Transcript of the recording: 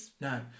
No